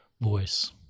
voice